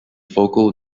focal